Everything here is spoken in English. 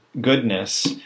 goodness